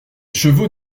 chevaux